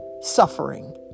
suffering